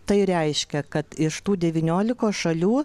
tai reiškia kad iš tų devyniolikos šalių